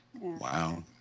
Wow